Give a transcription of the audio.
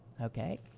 Okay